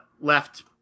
left